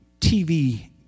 TV